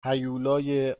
هیولای